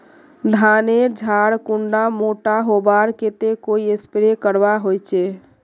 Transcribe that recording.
धानेर झार कुंडा मोटा होबार केते कोई स्प्रे करवा होचए?